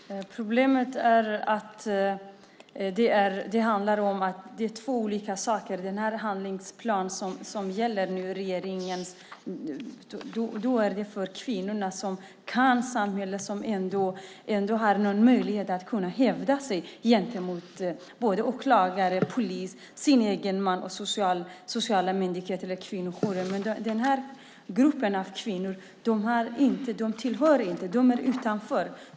Herr talman! Problemet är att detta handlar om två olika saker. Den handlingsplan från regeringen som finns nu gäller de kvinnor som kan samhället och som har någon möjlighet att kunna hävda sig gentemot åklagare, polis, sin egen man och sociala myndigheter eller kvinnojourer. Men den andra gruppen av kvinnor tillhör inte dessa. De är utanför.